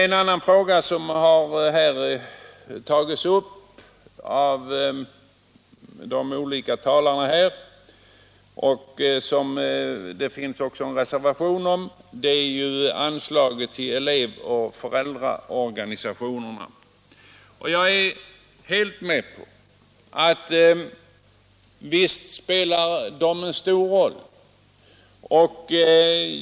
En annan fråga som har tagits upp av de olika talarna här och som det finns en reservation om är anslaget till elevoch föräldraorganisationerna. Jag är helt med på att visst spelar de en stor roll.